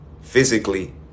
physically